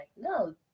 no